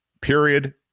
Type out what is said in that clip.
period